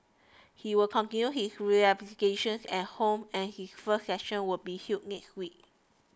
he will continue his rehabilitation at home and his first session will be held next week